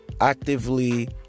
actively